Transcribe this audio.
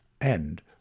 and